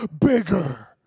bigger